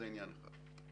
זה עניין אחד.